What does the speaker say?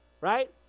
right